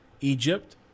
Egypt